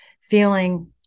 feeling